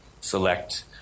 select